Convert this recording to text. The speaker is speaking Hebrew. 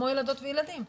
כמו ילדות וילדים,